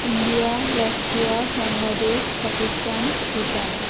India Russia Bangladesh Pakistan Bhutan